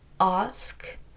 ask